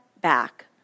back